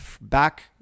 back